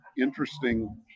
interesting